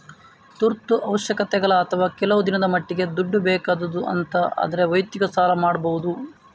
ತುರ್ತು ಅವಶ್ಯಕತೆ ಅಥವಾ ಕೆಲವು ದಿನದ ಮಟ್ಟಿಗೆ ದುಡ್ಡು ಬೇಕಾದ್ದು ಅಂತ ಆದ್ರೆ ವೈಯಕ್ತಿಕ ಸಾಲ ಮಾಡ್ಬಹುದು